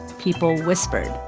people whispered.